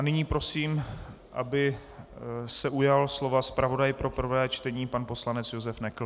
Nyní prosím, aby se ujal slova zpravodaj pro prvé čtení pan poslanec Josef Nekl.